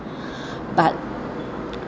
but